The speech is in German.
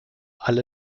alle